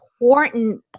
important